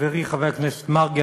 חברי חבר הכנסת מרגי,